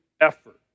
effort